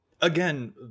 again